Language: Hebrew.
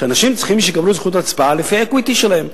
שאנשים צריכים לקבל זכות הצבעה לפי האקוויטי שלהם,